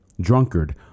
drunkard